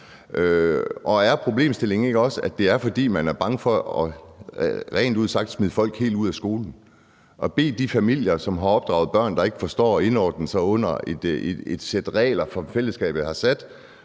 Og er problemstillingen ikke også, at det er, fordi man er bange for rent ud sagt at smide folk helt ud af skolen, og så må de familier, som har opdraget børn, der ikke forstår at indordne sig under et sæt regler, som fællesskabet har sat,